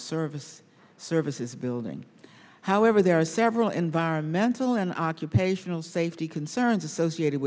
service services building however there are several environmental and occupational safety concerns associated